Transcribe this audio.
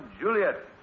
Juliet